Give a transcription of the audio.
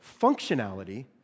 functionality